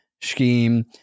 scheme